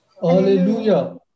Hallelujah